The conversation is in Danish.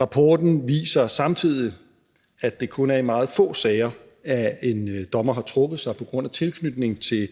Rapporten viser samtidig, at det kun er i meget få sager, at en dommer har trukket sig på grund af tilknytning til